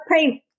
paint